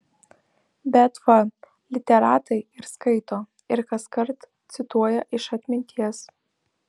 bet va literatai ir skaito ir kaskart cituoja iš atminties